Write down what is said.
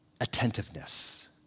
attentiveness